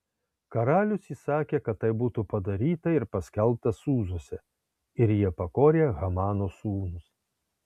karalius įsakė kad tai būtų padaryta ir paskelbta sūzuose ir jie pakorė hamano sūnus